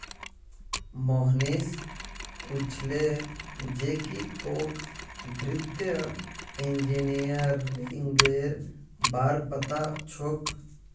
मोहनीश पूछले जे की तोक वित्तीय इंजीनियरिंगेर बार पता छोक